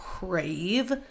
crave